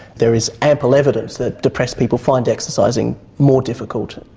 there is ample evidence that depressed people find exercising more difficult.